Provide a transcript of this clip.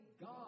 God